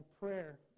prayer